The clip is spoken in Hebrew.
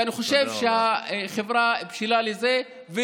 ואני חושב שהחברה בשלה לזה.